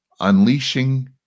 Unleashing